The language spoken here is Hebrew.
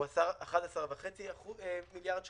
הוא 11.5 מיליארד שקלים.